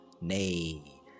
Nay